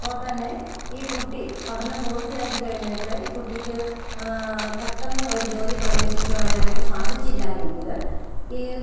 അപ്പോൾ തന്നെ ഈ കുട്ടി പഠനം പൂർത്തിയാക്കി കഴിഞ്ഞിട്ട് ഈ കുട്ടിക്ക് പെട്ടന്ന് ഒരു ജോലി പ്രവേശിക്കുവാനായിട്ട് സാധിച്ചില്ല എങ്കിൽ ഈ